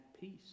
peace